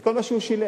כל מה שהוא שילם.